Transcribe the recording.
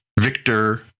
Victor